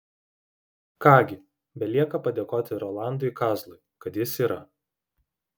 ką gi belieka padėkoti rolandui kazlui kad jis yra